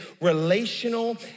relational